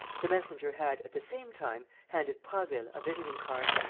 the messenger had, at the same time, handed prasville a visiting-card.